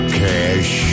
cash